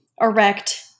erect